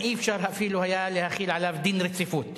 עשר דקות לרשותך.